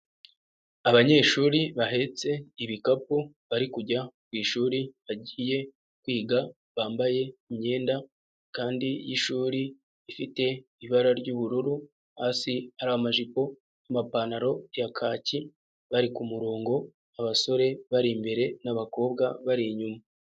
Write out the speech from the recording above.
Abanyeshuri bahetse ibikapu bari kujya ku shuri, bagiye kwiga bambaye imyenda kandi y'ishuri ifite ibara ry'ubururu, hasi hari amajipo, amapantaro ya kaki, bari ku murongo, abasore bari imbere n'abakobwa bari inyuma.